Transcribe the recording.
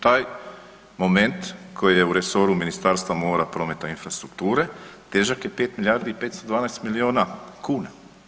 Taj moment koji je u resoru Ministarstva mora, prometa i infrastrukture težak je 5 milijardi i 512 miliona kuna.